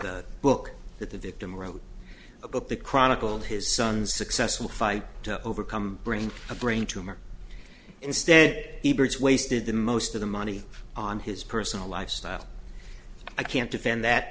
the book that the victim wrote a book that chronicled his son's successful fight to overcome brain a brain tumor instead the brits wasted the most of the money on his personal lifestyle i can't defend